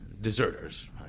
Deserters